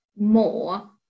more